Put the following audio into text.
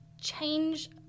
change